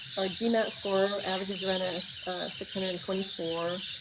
our gmat score averages around ah six hundred and twenty four,